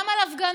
גם על הפגנות.